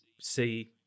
see